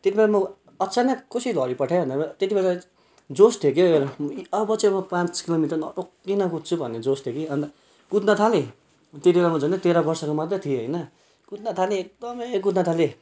त्यत्ति बेला म अचानक कसरी झरिपठायो भनेर त्यत्ति बेला जोस थियो के एउटा अब चाहिँ म पाँच किलोमिटर नरोकिइकनै कद्छु भन्ने जोस थियो कि अन्त कुद्न थालेँ त्यति बेला म झन्डै तेह्र वर्षको मात्र थिएँ होइन कुद्न थालेँ एकदमै कुद्न थालेँ